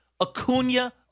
Acuna